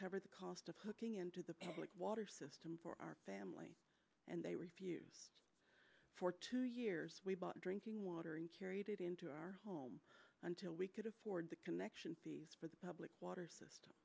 cover the cost of hooking into the public water system for our family and they refused for two years we bought drinking water and carried it into our home until we could afford the connection with the public water system